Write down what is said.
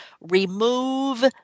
remove